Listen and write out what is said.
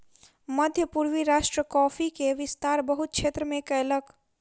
मध्य पूर्वी राष्ट्र कॉफ़ी के विस्तार बहुत क्षेत्र में कयलक